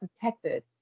protected